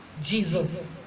Jesus